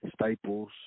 Staples